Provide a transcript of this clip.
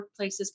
workplaces